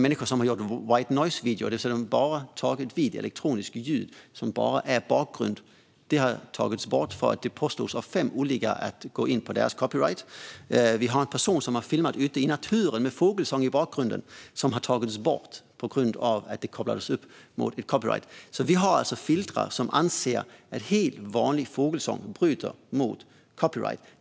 Människor som jobbar på White Noise har lagt ut elektroniskt ljud bara som bakgrund. Det har tagits bort därför att det av fem olika personer påstods ha gått in på deras copyright. En person har filmat ute i naturen med fågelsång i bakgrunden. Filmen har tagits bort på grund av att den bröt mot copyright. Vi har alltså filter som anser att helt vanlig fågelsång bryter mot copyright.